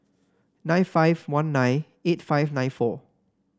nine five one nine eight five nine four